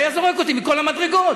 היה זורק אותי מכל המדרגות.